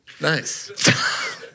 Nice